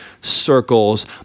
circles